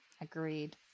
Agreed